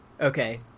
okay